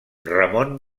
ramon